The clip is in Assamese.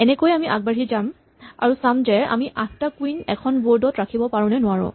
এনেকৈয়ে আগবাঢ়ি আমি চাম যে আমি আঠটা কুইন এখন বৰ্ড ত ৰাখিব পাৰোনে নোৱাৰো